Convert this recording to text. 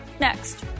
next